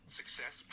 success